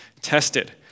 tested